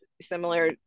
similar